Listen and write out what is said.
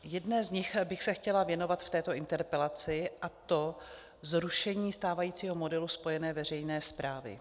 Jedné z nich bych se chtěla věnovat v této interpelaci, a to zrušení stávajícího modelu spojené veřejné správy.